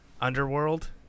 underworld